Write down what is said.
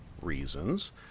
reasons